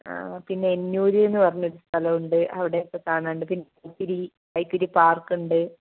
ആ പിന്നെ എന്നൂർ എന്ന് പറഞ്ഞൊരു സ്ഥലം ഉണ്ട് അവിടെയൊക്കെ കാണാനുണ്ട് പിന്നെ വൈത്തിരി വൈത്തിരി പാർക്ക് ഉണ്ട്